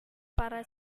para